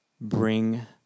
bring